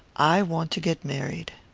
i want to get married.